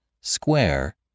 square